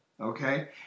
okay